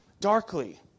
darkly